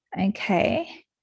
okay